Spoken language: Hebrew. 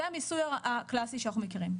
זה המיסוי הקלאסי שאנחנו מכירים.